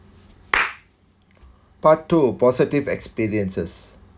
part two positive experiences